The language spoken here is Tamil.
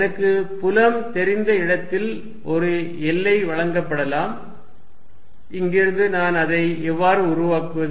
எனக்கு புலம் தெரிந்த இடத்தில் ஒரு எல்லை வழங்கப்படலாம் இங்கிருந்து நான் அதை எவ்வாறு உருவாக்குவது